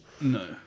No